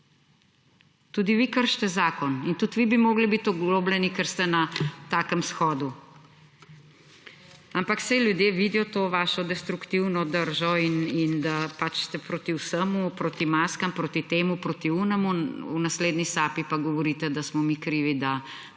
tudi vi kršite zakon in tudi vi bi mogli bit oglobljeni, ker ste na takem shodu. Ampak saj ljudje vidijo to vašo destruktivno držo in da pač ste proti vsemu, proti maskam, proti temu, proti onemu, v naslednji sapi pa govorite, da smo mi krivi, da ni